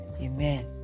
amen